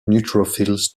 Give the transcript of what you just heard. neutrophils